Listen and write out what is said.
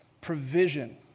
provision